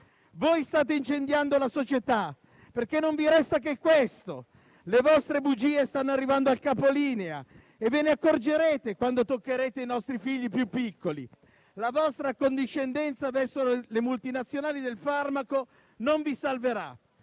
Voi state incendiando la società perché non vi resta che questo. Le vostre bugie stanno arrivando al capolinea e ve ne accorgerete quando toccherete i nostri figli più piccoli. La vostra accondiscendenza verso le multinazionali del farmaco non vi salverà.